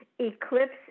Eclipse